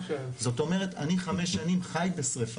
זאת אומרת, אני חמש שנים חי בשריפה.